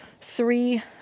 three